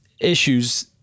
issues